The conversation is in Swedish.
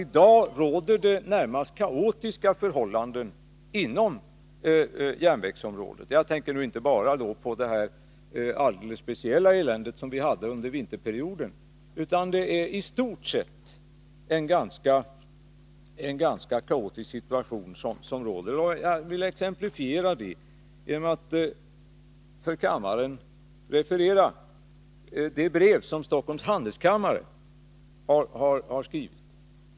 I dag råder det närmast kaotiska förhållanden inom järnvägsområdet. Jag tänker inte bara på det speciella elände vi hade under vinterperioden, utan det är i stort sett en ganska kaotisk situation som råder. Jag vill exemplifiera det genom att för kammaren referera det brev som Stockholms handelskammare har skrivit.